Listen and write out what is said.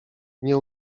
nie